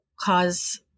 cause